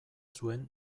zuen